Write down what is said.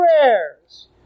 prayers